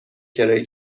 کرایه